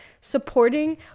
supporting